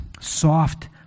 soft